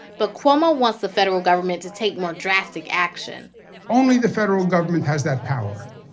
but cuomo wants the federal government to take more drastic action only the federal government has that power.